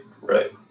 right